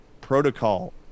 protocol